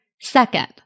Second